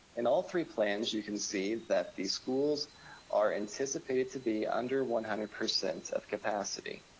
in all three plans, you can see that the schools are anticipated to be under one hundred percent of capacity.